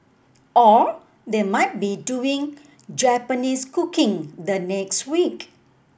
or they might be doing Japanese cooking the next week